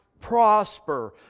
prosper